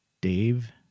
dave